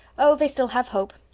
oh, they still have hope.